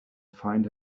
find